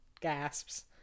gasps